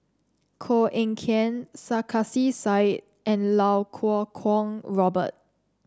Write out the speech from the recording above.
Koh Eng Kian Sarkasi Said and Iau Kuo Kwong Robert